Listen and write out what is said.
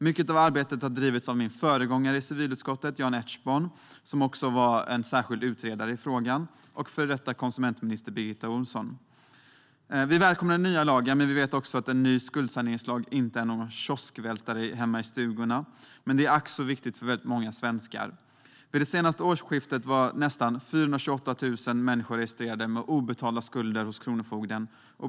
Mycket av arbetet har drivits av min föregångare i civilutskottet, Jan Ertsborn, som också var särskild utredare i frågan, och av förra konsumentministern Birgitta Ohlsson. Vi välkomnar den nya lagen, men vi vet att en ny lag om skuldsanering inte är någon kioskvältare. Den är dock ack så viktig för många svenskar. Vid det senaste årsskiftet var nästan 428 000 människor registrerade med obetalda skulder hos kronofogden.